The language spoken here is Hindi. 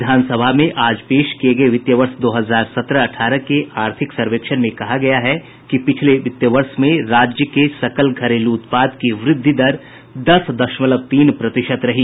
विधान सभा में आज पेश किये गये वित्तीय वर्ष दो हजार सत्रह अठारह के आर्थिक सर्वेक्षण में कहा गया है कि पिछले वित्त वर्ष में राज्य के सकल घरेलू उत्पाद की वृद्धि दर दस दशमलव तीन प्रतिशत रही